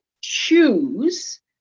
choose